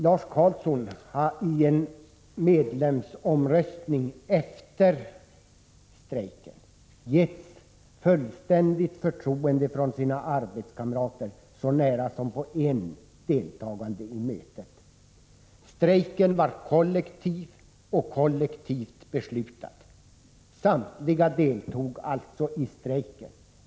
Lars Karlsson har i en medlemsomröstning efter strejken getts fullständigt förtroende av sina arbetskamrater så när som på en deltagande vid mötet. Strejken var kollektiv och kollektivt beslutad. Samtliga deltog alltså i strejken.